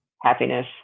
happiness